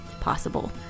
possible